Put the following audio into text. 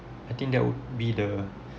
I think that would be the